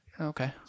okay